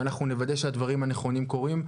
ואנחנו נוודא שהדברים הנכונים קורים.